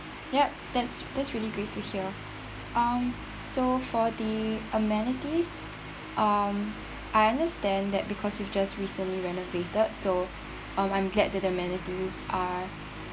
ya that's that's really great to hear um so for the amenities um I understand that because we've just recently renovated so(um) I'm glad that the amenities are